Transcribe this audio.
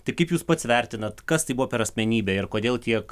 tai kaip jūs pats vertinat kas tai buvo per asmenybė ir kodėl tiek